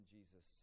Jesus